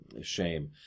shame